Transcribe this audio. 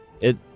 It-